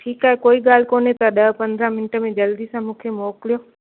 ठीकु आहे कोई ॻाल्हि कोन्हे तव्हां ॾह पंद्रह मिनट में जल्दी सां मूंखे मोकिलियो